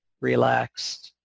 relaxed